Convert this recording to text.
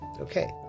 Okay